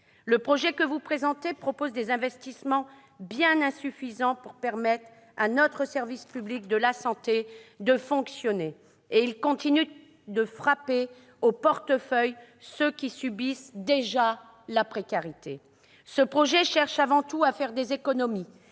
Le projet que vous présentez propose des investissements bien insuffisants pour permettre à notre service public de santé de fonctionner et il continue de frapper au portefeuille ceux qui subissent la précarité. Il vise, avant tout, à faire des économies